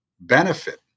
benefit